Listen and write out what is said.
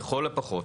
לכל הפחות,